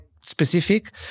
specific